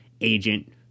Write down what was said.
agent